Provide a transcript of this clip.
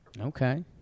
Okay